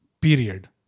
period